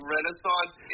Renaissance